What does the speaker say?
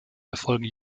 erfolg